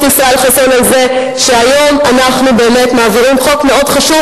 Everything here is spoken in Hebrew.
ישראל חסון על זה שהיום אנחנו מעבירים חוק מאוד חשוב,